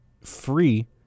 free